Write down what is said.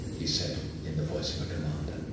he said in the voice of a commander.